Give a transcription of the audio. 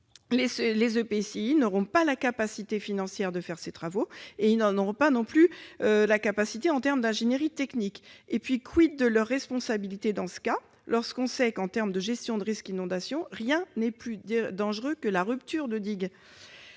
Les EPCI n'auront pas la capacité financière de réaliser ces travaux ; ils n'en auront pas non plus la capacité en termes d'ingénierie technique. de leurs responsabilités dans ce cas, lorsque l'on sait que, en termes de gestion des risques d'inondation, rien n'est plus dangereux que la rupture de digues